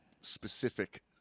specific